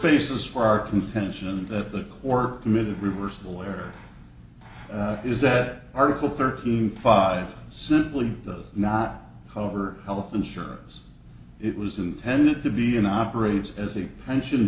basis for our contention that the or committed reversible error is that article thirty five simply does not however health insurance it was intended to be in operates as a pension